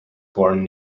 born